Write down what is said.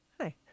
hi